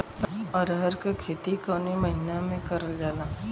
अरहर क खेती कवन महिना मे करल जाला?